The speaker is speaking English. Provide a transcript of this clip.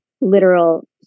literal